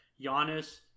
Giannis